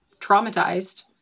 traumatized